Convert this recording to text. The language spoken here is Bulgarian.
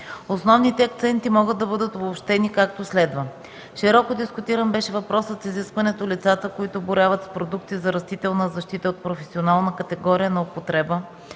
Основните акценти могат да бъдат обобщени както следва: Широко дискутиран беше въпросът с изискването лицата, които боравят с продукти за растителна защита от професионална категория на употреба